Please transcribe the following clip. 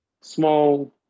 small